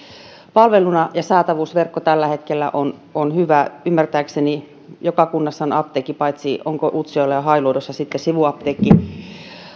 palveluna ja saatavuusverkko tällä hetkellä on on hyvä ymmärtääkseni joka kunnassa on apteekki paitsi onko utsjoella ja hailuodossa sitten sivuapteekki